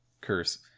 curse